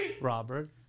Robert